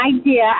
idea